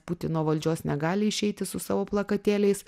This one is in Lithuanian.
putino valdžios negali išeiti su savo plakatėliais